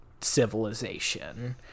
civilization